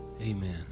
Amen